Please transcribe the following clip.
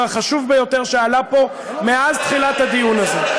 החשוב ביותר שעלה פה מאז תחילת הדיון הזה.